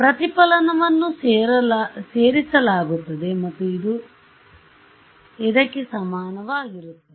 ಪ್ರತಿಫಲನವನ್ನು ಸೇರಿಸಲಾಗುತ್ತದೆ ಮತ್ತು ಇದು ಇದಕ್ಕೆ ಸಮಾನವಾಗಿರುತ್ತದೆ